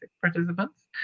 participants